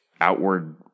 outward